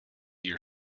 your